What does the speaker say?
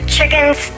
Chickens